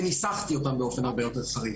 וניסחתי אותם באופן הרבה יותר חריף.